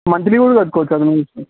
monthly కూడా కట్టుకోవచ్చుద